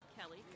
Kelly